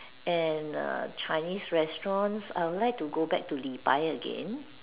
and err Chinese restaurant I would like to go back to Li-Bai again